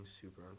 super